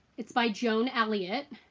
it's by joan elliot.